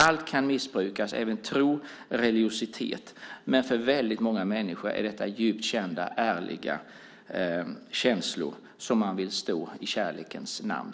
Allt kan missbrukas, även tro och religiositet, men för väldigt många människor är detta djupt kända, ärliga känslor, som man vill stå för i kärlekens namn.